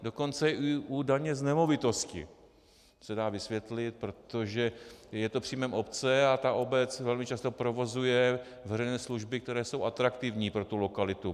Dokonce i u daně z nemovitosti se dá vysvětlit, protože je to příjmem obce a ta obec velmi často provozuje veřejné služby, které jsou atraktivní pro tu lokalitu.